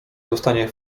zostanie